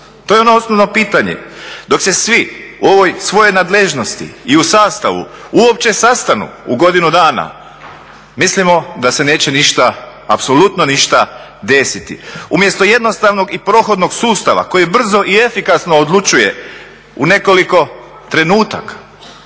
To je ono osnovno pitanje. Dok se svi u ovoj svojoj nadležnosti i u sastavu uopće sastanu u godinu dana, mislimo da se neće ništa, apsolutno ništa desiti. Umjesto jednostavnog i prohodnog sustava koji brzo i efikasno odlučuje u nekoliko trenutaka,